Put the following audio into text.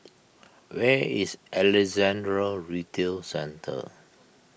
where is Alexandra Retail Centre